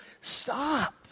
stop